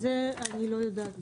זה אני לא יודעת.